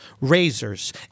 razors